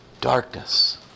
darkness